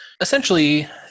essentially